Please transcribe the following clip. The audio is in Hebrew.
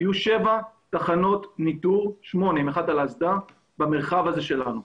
יהיו שמונה תחנות ניטור במרחב שלנו.